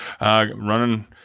running